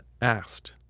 asked